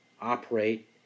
operate